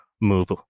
move